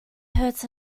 hurts